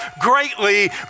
greatly